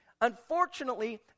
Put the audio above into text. Unfortunately